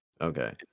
Okay